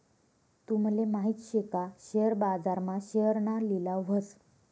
तूमले माहित शे का शेअर बाजार मा शेअरना लिलाव व्हस